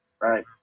right